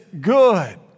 good